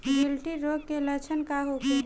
गिल्टी रोग के लक्षण का होखे?